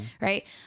right